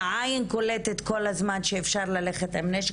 והעין קולטת כל הזמן שאפשר ללכת עם נשק,